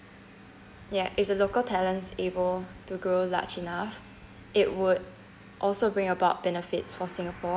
yeah if the local talents able to grow large enough it would also bring about benefits for singapore